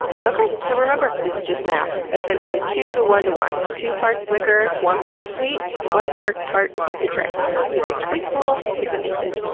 okay, so remember, it's just math. essentially, two to one to one. two parts liquor, one part sweet, one part tart citrus. you can tweak it a little if it needs it.